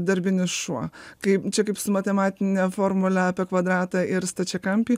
darbinis šuo kai čia kaip su matematine formule apie kvadratą ir stačiakampį